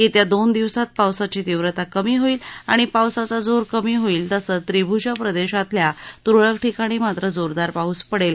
येत्या दोन दिवसात पावसाची तीव्रता कमी होईल आणि पावसाचा जोर कमी होईल तर त्रिभूज प्रदेशातल्या तुरळक ठिकाणी मात्र जोरदार पाऊस पडेल